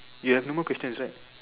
ya have no more questions right